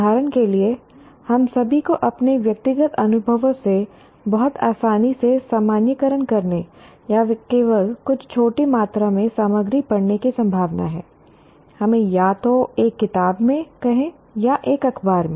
उदाहरण के लिए हम सभी को अपने व्यक्तिगत अनुभवों से बहुत आसानी से सामान्यीकरण करने या केवल कुछ छोटी मात्रा में सामग्री पढ़ने की संभावना है हमें या तो एक किताब में कहें या एक अखबार में